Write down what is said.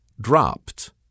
dropped